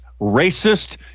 racist